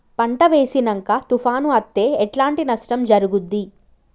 పంట వేసినంక తుఫాను అత్తే ఎట్లాంటి నష్టం జరుగుద్ది?